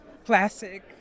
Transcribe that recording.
Classic